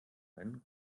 einen